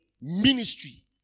ministry